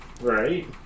Right